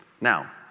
Now